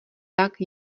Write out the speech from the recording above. tak